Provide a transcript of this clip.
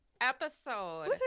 episode